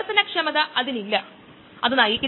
5 1 5 10 എന്നിങ്ങനെ നൽകിയിരിക്കുന്നു